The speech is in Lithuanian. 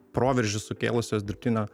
proveržį sukėlusios dirbtinio